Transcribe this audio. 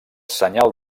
senyal